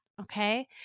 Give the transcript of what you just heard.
okay